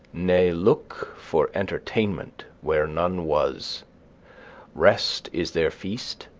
ne looke for entertainment where none was rest is their feast,